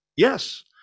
yes